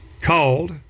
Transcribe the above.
called